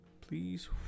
Please